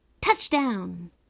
touchdown